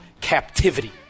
captivity